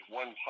one